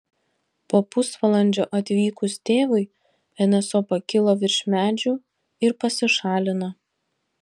po pusvalandžio atvykus tėvui nso pakilo virš medžių ir pasišalino